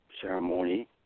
ceremony